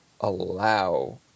Allow